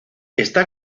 está